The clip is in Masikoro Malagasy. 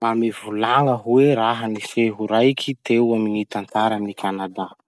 Mba mivolagna hoe raha-niseho raiky teo amy gny tantaran'i Kanada?